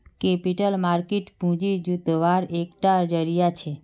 capital market पूँजी जुत्वार एक टा ज़रिया छे